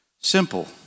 Simple